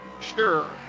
sure